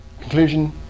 conclusion